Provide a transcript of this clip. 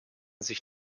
sich